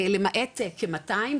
למעט כ-200,